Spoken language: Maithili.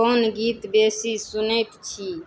कोन गीत बेसी सुनैत छी